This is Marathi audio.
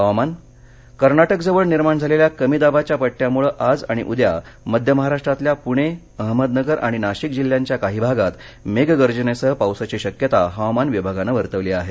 हवामानः कर्नाटकजवळ निर्माण झालेल्या कमी दाबाच्या पट्ट्यामुळे आज आणि उद्या मध्य महाराष्ट्रातल्या पुणे अहमदनगर आणि नाशिक जिल्ह्यांच्या काही भागात मेघगर्जनेसह पावसाची शक्यता हवामान विभागानं वर्तवली आहे